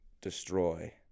destroy